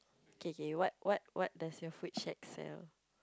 okay okay what what what does your food shack sell